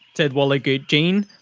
said wallagoot jean.